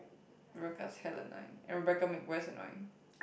Rebecca's hella annoying and Rebecca make west annoying